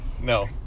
No